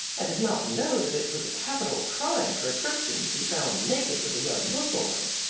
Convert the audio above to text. i did not know that it was a capital crime for a christian to be found naked with a young mussulman.